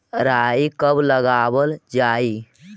राई कब लगावल जाई?